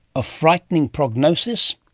a frightening prognosis?